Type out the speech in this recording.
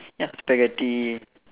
yup spaghetti